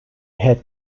had